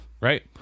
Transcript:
Right